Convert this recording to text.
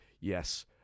yes